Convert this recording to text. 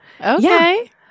Okay